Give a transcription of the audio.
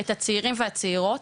את הצעירים והצעירות.